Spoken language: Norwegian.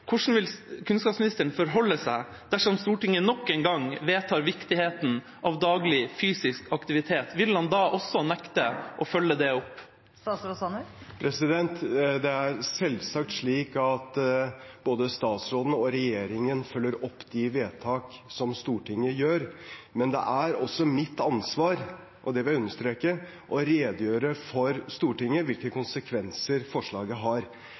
Hvordan vil kunnskapsministeren forholde seg dersom Stortinget nok en gang vedtar viktigheten av daglig fysisk aktivitet? Vil han da også nekte å følge det opp? Det er selvsagt slik at både statsråden og regjeringen følger opp de vedtak som Stortinget gjør, men det er også mitt ansvar, og det vil jeg understreke, å redegjøre for for Stortinget hvilke konsekvenser forslaget har.